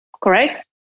correct